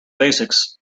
basics